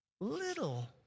little